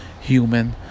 human